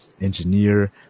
engineer